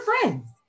friends